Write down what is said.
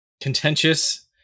contentious